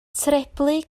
treblu